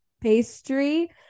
pastry